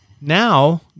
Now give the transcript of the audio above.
now